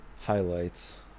highlights